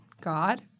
God